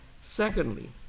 Secondly